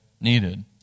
needed